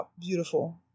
Beautiful